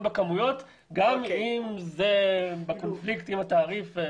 בכמויות גם אם זה בקונפליקט עם התעריף.